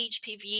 HPV